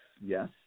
Yes